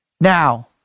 Now